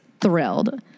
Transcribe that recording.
thrilled